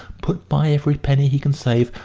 put by every penny he can save,